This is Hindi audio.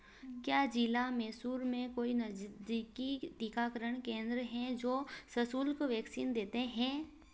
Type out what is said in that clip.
क्या जिला मैसूर में कोई नज़दीकी टीकाकरण केंद्र हैं जो सःशुल्क वैक्सीन देते हैं